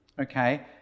okay